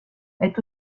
est